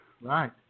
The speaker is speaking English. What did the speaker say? Right